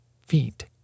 feet